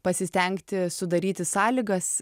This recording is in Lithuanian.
pasistengti sudaryti sąlygas